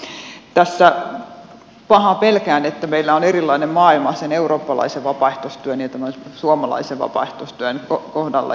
tässä pahaa pelkään että meillä on erilainen maailma sen eurooppalaisen vapaaehtoistyön ja tämän suomalaisen vapaaehtoistyön kohdalla